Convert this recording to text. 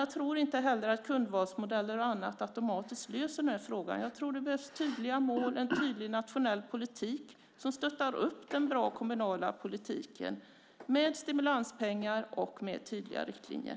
Jag tror inte heller att kundvalsmodeller och annat automatiskt löser den här frågan. Jag tror att det behövs tydliga mål, en tydlig nationell politik som stöttar en bra kommunal politik, med stimulanspengar och med tidiga riktlinjer.